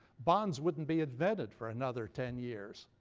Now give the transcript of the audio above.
bonds wouldn't be invented for another ten years.